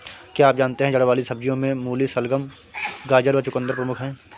क्या आप जानते है जड़ वाली सब्जियों में मूली, शलगम, गाजर व चकुंदर प्रमुख है?